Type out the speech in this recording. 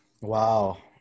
Wow